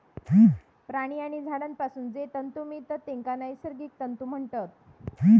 प्राणी आणि झाडांपासून जे तंतु मिळतत तेंका नैसर्गिक तंतु म्हणतत